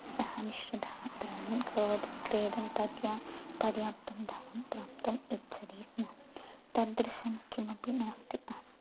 सह मिश्रितां द्रोणीं क्रेतुं क्रेतुं पत्या पर्याप्तं धनं प्राप्तुम् इच्छति स्म तादृशं किमपि नास्ति अहं